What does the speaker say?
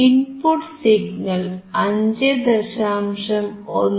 input signal 5